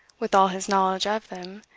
with all his knowledge of them,